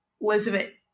Elizabeth